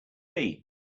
been